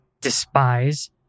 despise